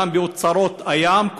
גם באוצרות הים,